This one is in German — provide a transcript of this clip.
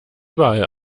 überall